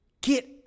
Get